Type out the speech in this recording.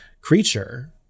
creature